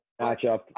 matchup